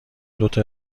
دوتا